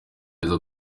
neza